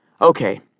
Okay